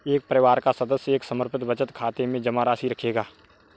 एक परिवार का सदस्य एक समर्पित बचत खाते में जमा राशि रखेगा